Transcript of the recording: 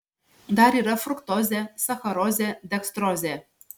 dar yra fruktozė sacharozė dekstrozė